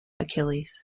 achilles